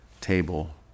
table